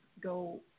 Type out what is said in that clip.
go